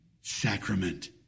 sacrament